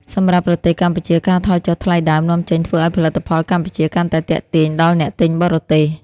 សម្រាប់ប្រទេសកម្ពុជា ការថយចុះថ្លៃដើមនាំចេញធ្វើឱ្យផលិតផលកម្ពុជាកាន់តែទាក់ទាញដល់អ្នកទិញបរទេស។